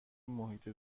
محیط